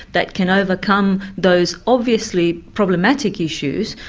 that can overcome those obviously problematic issues.